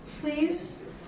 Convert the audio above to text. please